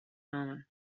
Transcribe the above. common